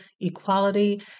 equality